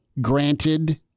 granted